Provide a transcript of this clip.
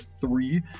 three